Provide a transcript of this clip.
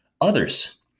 others